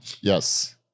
Yes